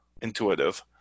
intuitive